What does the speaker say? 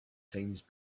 times